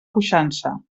puixança